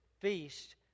feast